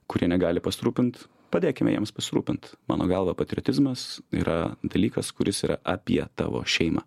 kurie negali pasirūpint padėkime jiems pasirūpint mano galva patriotizmas yra dalykas kuris yra apie tavo šeimą